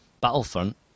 Battlefront